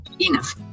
enough